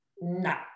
No